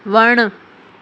वणु